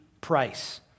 price